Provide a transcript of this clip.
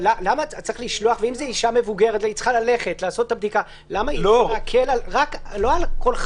אם זו אשה מבוגרת שצריכה לעשות את הבדיקה - לא על כל חבר.